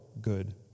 good